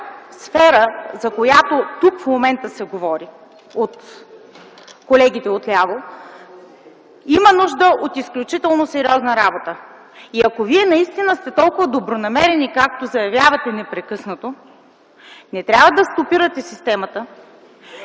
сфера, за която в момента се говори от колегите от ляво, има нужда от изключително сериозна работа. Ако вие наистина сте толкова добронамерени, както заявявате непрекъснато, не трябва да стопирате системата